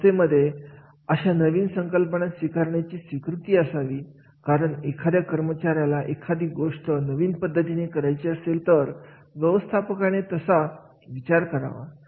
संस्थेमध्ये अशा नवीन संकल्पना स्वीकारण्याची संस्कृती असावी कारण एखाद्या कर्मचार्याला एखादी गोष्ट नवीन पद्धतीने करायची असेल तर व्यवस्थापनाने तसा विचार करावा